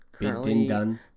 Currently